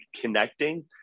connecting